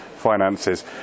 finances